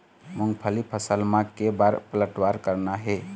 मूंगफली फसल म के बार पलटवार करना हे?